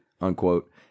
unquote